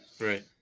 Right